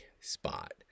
spot